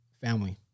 family